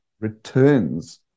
returns